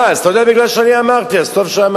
אה, אז אתה יודע מפני שאני אמרתי, אז טוב שאמרתי.